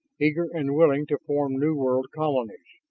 eager and willing to form new world colonies.